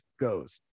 goes